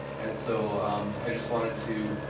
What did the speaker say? and so um i just wanted to